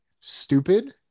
stupid